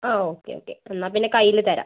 ആ okay okay എന്നാൽ പിന്നെ കയ്യിൽ തരാം